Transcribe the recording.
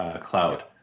Cloud